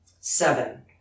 seven